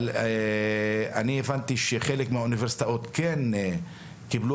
אבל אני הבנתי שחלק מהאוניברסיטאות כן קיבלו